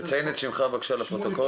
תציין את שמך בבקשה לפרוטוקול.